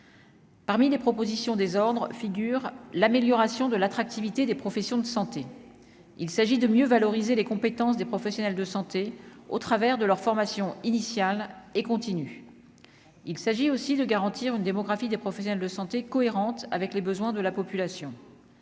Parmi les propositions désordres figurent l'amélioration de l'attractivité des professions de santé, il s'agit de mieux valoriser les compétences des professionnels de santé au travers de leur formation initiale et continue, il s'agit aussi de garantir une démographie des professionnels de santé, cohérente avec les besoins de la population,